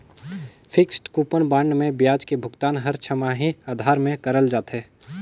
fixed coupon bond मे बियाज के भुगतान हर छमाही आधार में करल जाथे